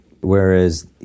Whereas